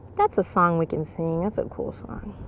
that's a song we can sing. that's a cool song.